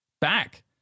back